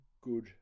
Good